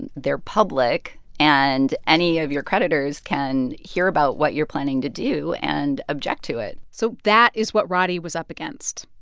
and they're public. and any of your creditors can hear about what you're planning to do and object to it so that is what roddey was up against.